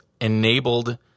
enabled